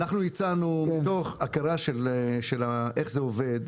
אנחנו הצענו מתוך הכרה של איך זה עובד,